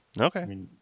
Okay